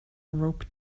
rope